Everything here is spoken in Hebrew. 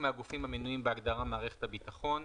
מהגופים המנויים בהגדרה "מערכת הביטחון".